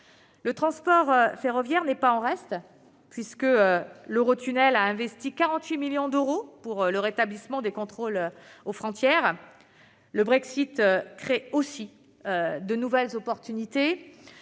Le transport ferroviaire n'est pas en reste : Eurotunnel a investi 48 millions d'euros pour le rétablissement des contrôles frontaliers. Le Brexit crée aussi de nouvelles opportunités